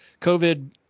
covid